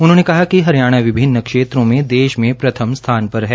उन्होंने कहा कि हरियाणा विभिन्न क्षेत्रों में देश में प्रथम स्थान पर है